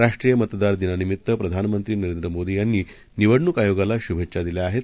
राष्ट्रीयमतदारदिनानिमित्तप्रधानमंत्रीनरेंद्रमोदीयांनीनिवडणूकआयोगालाशुभेच्छादिल्याआहेत